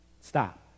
Stop